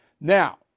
now